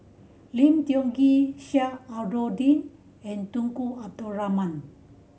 Lim Tiong Ghee Sheik Alau'ddin and Tunku Abdul Rahman